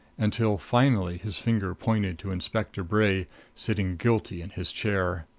until finally his finger pointed to inspector bray sitting guilty in his chair.